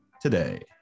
today